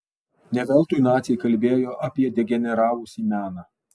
ne veltui naciai kalbėjo apie degeneravusį meną